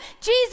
Jesus